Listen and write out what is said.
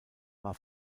war